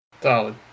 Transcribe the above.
Solid